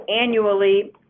annually